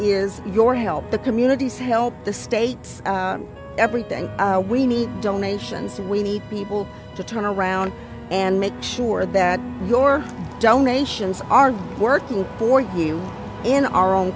is your help the communities help the states everything we need donations and we need people to turn around and make sure that your donations are working for you in our own